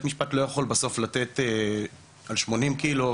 הוא אומר, תשמע הוא השכיר את הדירה.